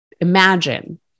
imagine